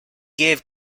gave